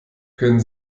können